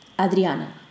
Adriana